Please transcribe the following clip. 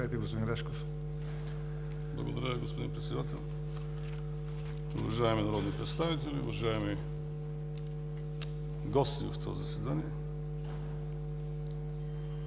Благодаря, господин Председател. Уважаеми народни представители, уважаеми гости в това заседание!